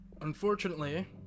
Unfortunately